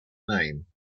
name